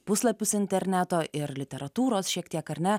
puslapius interneto ir literatūros šiek tiek ar ne